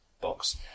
box